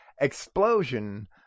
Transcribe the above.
explosion